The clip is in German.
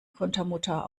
kontermutter